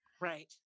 right